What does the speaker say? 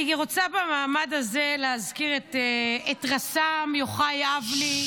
אני רוצה במעמד הזה להזכיר את רס"מ יוחאי אבני.